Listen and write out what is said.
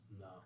No